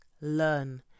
learn